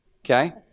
okay